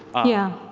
yeah.